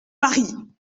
paris